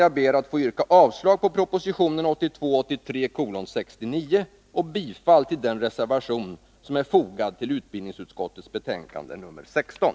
Jag ber att få yrka avslag på propositionen 1982/83:69 och bifall till den reservation som är fogad till utbildningsutskottets betänkande nr 16.